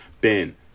Ben